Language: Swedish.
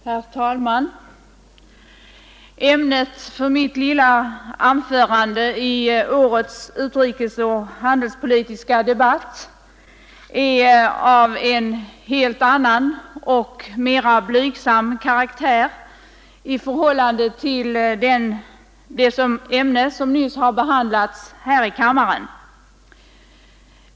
Herr talman! Ämnet för mitt lilla anförande i årets utrikesoch handelspolitiska debatt är av en helt annan och mera blygsam karaktär än det ämne som just har behandlats här i kammaren.